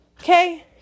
Okay